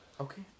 Okay